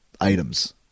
items